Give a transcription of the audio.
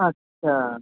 अच्छा